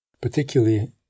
Particularly